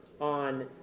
on